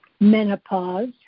menopause